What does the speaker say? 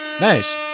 Nice